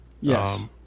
Yes